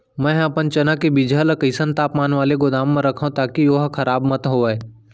मैं अपन चना के बीजहा ल कइसन तापमान वाले गोदाम म रखव ताकि ओहा खराब मत होवय?